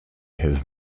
his